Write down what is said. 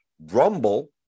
rumble